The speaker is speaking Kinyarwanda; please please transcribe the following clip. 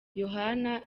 yohana